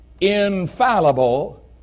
infallible